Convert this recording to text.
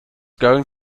going